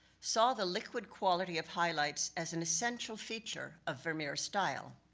saw the liquid quality of highlights as an essential feature of vermeer's style.